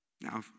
Now